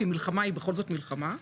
כי מלחמה היא בכל זאת מלחמה,